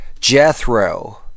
Jethro